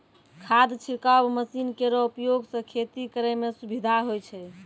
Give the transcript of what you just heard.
खाद छिड़काव मसीन केरो उपयोग सँ खेती करै म सुबिधा होय छै